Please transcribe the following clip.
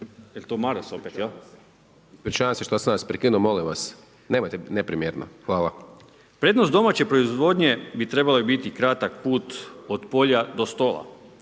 Ispričavam se što sam vas prekinuo, molim vas, nemojte, neprimjetno. Hvala./… Prednost domaće proizvodnje bi trebao biti kratak put od polja do stola,